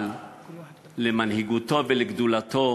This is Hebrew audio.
אבל למנהיגותו ולגדולתו